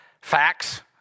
facts